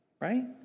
Right